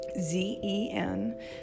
Z-E-N